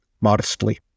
modestly